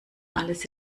alles